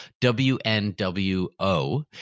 WNWO